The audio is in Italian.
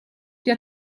più